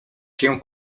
się